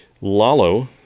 Lalo